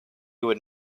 would